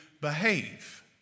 behave